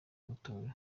mutoya